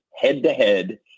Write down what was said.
head-to-head